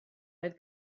oedd